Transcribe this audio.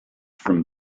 from